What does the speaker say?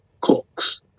cooks